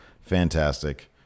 Fantastic